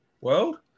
world